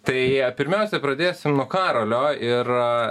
tai pirmiausia pradėsim nuo karolio ir